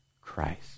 Christ